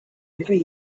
every